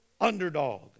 underdog